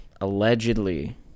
Allegedly